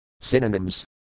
Synonyms